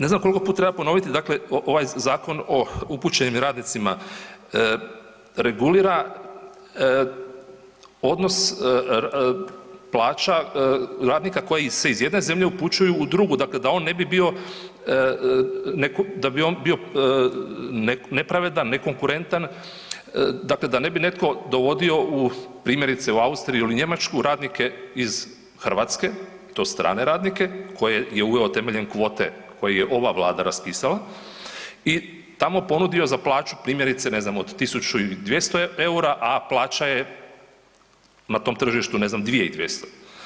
Ne znam koliko puta treba ponoviti, dakle ovaj Zakon o upućenim radnicima regulira odnos plaća radnika koji se iz jedne zemlje upućuju u drugu, dakle da on ne bi bio, da bi on bio nepravedan, nekonkurentan, dakle da ne bi netko dovodio u, primjerice u Austriju ili Njemačku radnike iz Hrvatske, to strane radnike koje je uveo temeljem kvote koje je ova Vlada raspisala i tamo ponudio za plaću, primjerice, ne znam od 1200 eura, a plaća je na tom tržištu, ne znam, 2200.